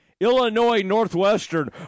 Illinois-Northwestern